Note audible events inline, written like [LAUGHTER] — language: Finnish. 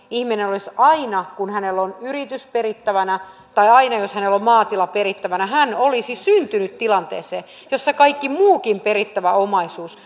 ihminen olisi aina kun hänellä on yritys perittävänä tai aina kun hänellä on maatila perittävänä syntynyt tilanteeseen jossa kaikki muukin perittävä omaisuus [UNINTELLIGIBLE]